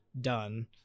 done